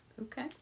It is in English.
Okay